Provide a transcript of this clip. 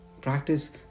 Practice